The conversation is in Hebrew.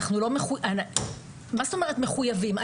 מה זאת אומרת מחוייבים?